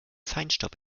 feinstaub